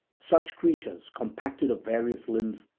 such creatures, compacted of various limbs,